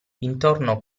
intorno